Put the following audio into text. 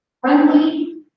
friendly